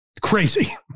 Crazy